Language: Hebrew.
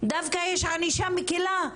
דווקא יש ענישה מקלה.